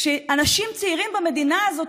כשאנשים צעירים במדינה הזאת,